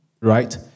right